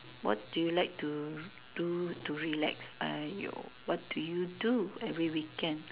what do you like to do to relax !aiyo! what do you do every weekend